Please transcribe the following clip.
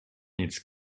needs